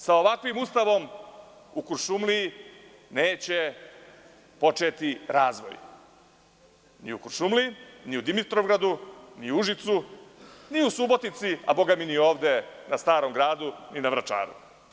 Sa ovakvim Ustavom u Kuršumliji neće početi razvoj, ni u Kuršumliji, ni u Dimitrovgradu, ni u Užicu, ni u Subotici, a ni ovde na Starom gradu i na Vračaru.